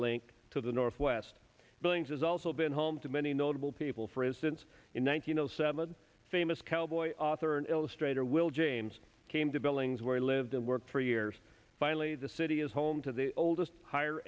link to the northwest billings has also been home to many notable people for instance in one thousand seven famous cowboy author and illustrator will james came to billings where he lived and worked for years finally the city is home to the oldest higher